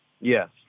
Yes